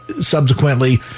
subsequently